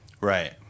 Right